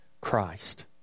Christ